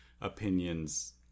opinions